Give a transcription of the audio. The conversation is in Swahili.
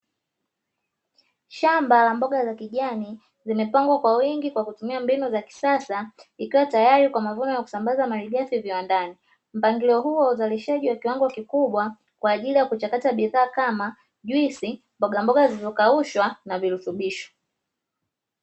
Shamba la mboga za kijani zimepangwa kwa wingi kwa kutumia mbinu za kisasa ikiwa tayari kwa mavuno ya kusambaza malighafi viwandani, mpangilio huo uzalishaji wa kiwango kikubwa kwaajili ya kuchakata bidhaa kama: juisi, mbogamboga zilizokaushwa na virutubisho.